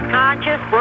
conscious